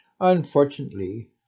unfortunately